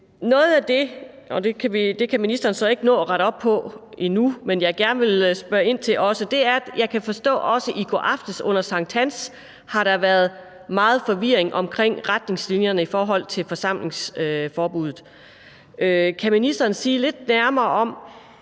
spørge ind til – det kan ministeren ikke nå at rette op på nu – er, at jeg kan forstå, at der også i går aftes under sankthans har været meget forvirring omkring retningslinjerne i forhold til forsamlingsforbuddet. Kan ministeren sige noget lidt nærmere om